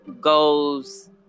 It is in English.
goes